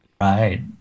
Right